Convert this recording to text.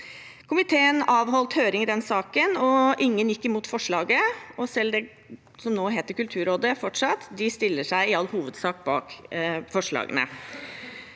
Komiteen avholdt høring i saken, og ingen gikk imot forslaget. Selv det som nå fortsatt heter Kulturrådet, stiller seg i all hovedsak bak forslagene.